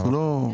לא.